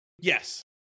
Yes